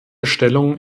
stellung